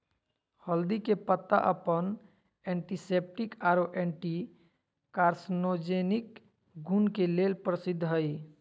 हल्दी के पत्ता अपन एंटीसेप्टिक आरो एंटी कार्सिनोजेनिक गुण के लेल प्रसिद्ध हई